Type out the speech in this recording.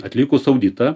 atlikus auditą